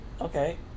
Okay